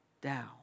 down